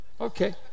Okay